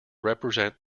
represent